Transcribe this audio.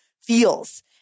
feels